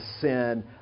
sin